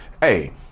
hey